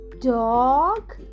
Dog